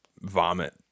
vomit